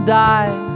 die